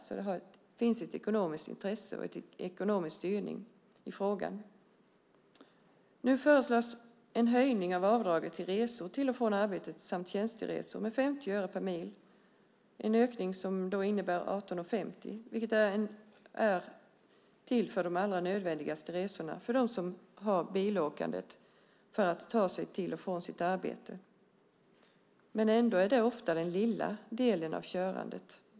Det finns ett ekonomiskt intresse och ekonomisk styrning i frågan. Nu föreslås en höjning av avdraget för resor till och från arbetet samt tjänsteresor med 50 öre per mil. Det är en ökning som innebär 18:50 kronor. Det är till för de allra nödvändigaste resorna för dem som har bilåkandet för att ta sig till och från sitt arbete. Ändå är det ofta den lilla delen av körandet.